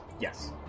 Yes